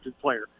player